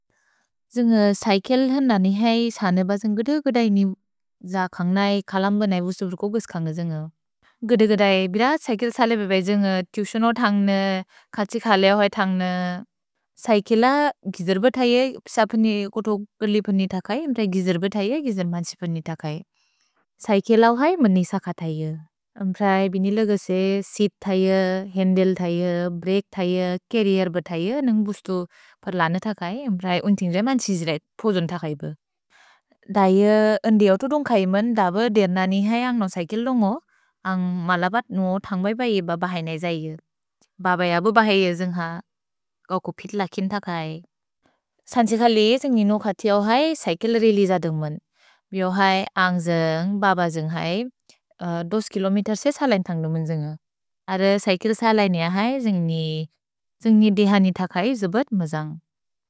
जुन्ग् सैकेल् हन् दनिहै सने ब जुन्ग् गद गदैनि ज खन्ग्नै, कलम्बनै बुसु बुर्को गुज् कन्ग जुन्ग्। गद गदै, बिर सैकेल् सले बेबै जुन्ग् तुइतिओनो थन्ग्न, कछि खलिअ हुअ थन्ग्न। सैकेल गिजिर्ब थैय, सप्नि कुतुकर्लि पनि थकै, म्प्रए गिजिर्ब थैय, गिजिर्मन्सि पनि थकै। सैकेल हुअ है मनि सक थैय। म्प्रए बिनि लगसे सित् थैय, हन्द्ले थैय, ब्रेअक् थैय, चर्रिएर् ब थैय, नुन्ग् बुसु पर् लन थकै। म्प्रए उन्तिन् रेमन्सि जिरेत्, पोजुन् थकै बेब। दय न्दिऔतु दुन्ग् खै मन्, दब दिअननिहै अन्ग् नोन्ग् सैकेल लुन्गो, अन्ग् मलबत् नुओ थन्ग्बैबैये ब बहैनै जैय। भब य बु बहैय जुन्ग् हा, गोकु पित् लकिन् थकै। सन्त्सिखलि, जुन्ग् निनो खतिऔ है, सैकेल रेलेअज दुन्ग् मन्। भिऔ है, अन्ग् जुन्ग्, बब जुन्ग् है, दोस् किलोमेतेर् सेत् सलेइन् थन्ग्लो मन् जुन्ग् हा। अर, सैकेल सलेइन् निअ है, जुन्ग् नि, जुन्ग् नि देहनि थकै, जिबत् मजन्ग्। सैकेल सलेइन् थन्ग्लो मन् जुन्ग् है, दोस् किलोमेतेर् सेत् सलेइन् थन्ग्लो मन् जुन्ग् है, दोस् किलोमेतेर् सेत् सलेइन् थन्ग्लो मन् जुन्ग् है, दोस् किलोमेतेर् सेत् सलेइन् थन्ग्लो मन् जुन्ग् है, दोस् किलोमेतेर् सेत् सलेइन् थन्ग्लो मन् जुन्ग् है, दोस् किलोमेतेर् सेत् सलेइन् थन्ग्लो मन् जुन्ग् है, दोस् किलोमेतेर् सेत् सलेइन् थन्ग्लो मन् जुन्ग् है, दोस् किलोमेतेर् सेत् सलेइन् थन्ग्लो मन् जुन्ग् है, दोस् किलोमेतेर् सेत् सलेइन् थन्ग्लो मन् जुन्ग् है, दोस् किलोमेतेर् सेत् सलेइन् थन्ग्लो मन् जुन्ग् है, दोस् किलोमेतेर् सेत् सलेइन् थन्ग्लो मन् जुन्ग् है, दोस् किलोमेतेर् सेत् सलेइन् थन्ग्लो मन् जुन्ग् है, दोस् किलोमेतेर् सेत् सलेइन् थन्ग्लो मन् जुन्ग् है, दोस् किलोमेतेर् सेत् सलेइन् थन्ग्लो मन् जुन्ग् है, दोस् किलोमेतेर् सेत् सलेइन् थन्ग्लो मन् जुन्ग् है, दोस् किलोमेतेर् सेत् सलेइन् थन्ग्लो मन् जुन्ग्।